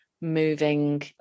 moving